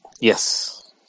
yes